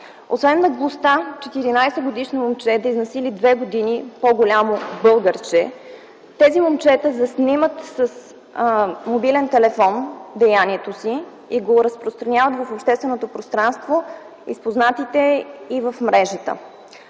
Освен наглостта 14-годишно момче да изнасили две години по-голямо българче, тези момчета заснемат с мобилен телефон деянието си и го разпространяват в общественото пространство, в познатите и в мрежата.